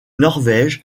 norvège